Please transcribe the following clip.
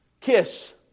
kiss